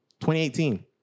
2018